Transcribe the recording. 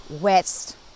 west